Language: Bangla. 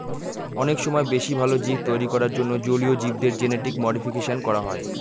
অনেক সময় বেশি ভালো জীব তৈরী করার জন্য জলীয় জীবদের জেনেটিক মডিফিকেশন করা হয়